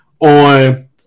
on